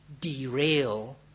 derail